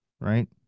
right